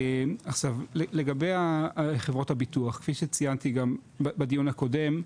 לגבי חברות הביטוח, כפי שציינתי גם בדיון הקודם,